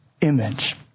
image